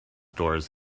doors